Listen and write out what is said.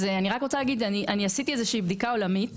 אני רק רוצה להגיד שאני עשיתי איזו שהיא בדיקה עולמית,